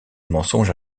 mensonge